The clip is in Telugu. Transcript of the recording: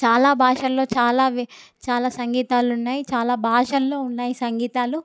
చాలా భాషల్లో చాలా చాలా సంగీతాలు ఉన్నాయి చాలా భాషల్లో ఉన్నాయి సంగీతాలు